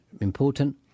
important